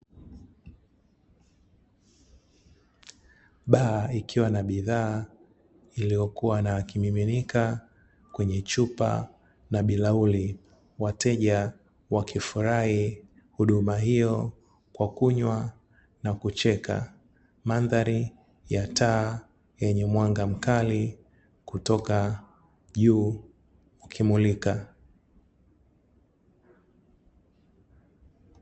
Baa ikiwa na bidhaa iliyokuwa na kimiminika kwenye chupa na bilauli, wateja wakifurahi huduma hiyo kwa kunywa na kucheka. Mandhari ya taa yenye mwanga mkali kutoka juu ukimulika.